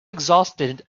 exhausted